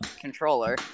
controller